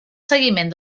seguiment